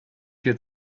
hier